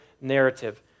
narrative